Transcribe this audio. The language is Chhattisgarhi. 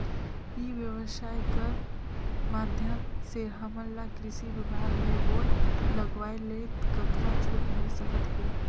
ई व्यवसाय कर माध्यम से हमन ला कृषि विभाग ले बोर लगवाए ले कतका छूट मिल सकत हे?